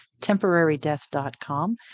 temporarydeath.com